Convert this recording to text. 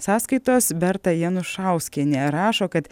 sąskaitos berta janušauskienė rašo kad